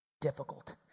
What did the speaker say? difficult